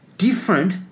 different